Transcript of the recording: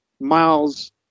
Miles